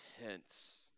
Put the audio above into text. intense